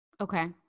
Okay